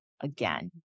again